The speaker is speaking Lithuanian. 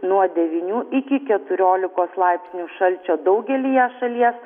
nuo devynių iki keturiolikos laipsnių šalčio daugelyje šalies